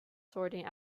sorting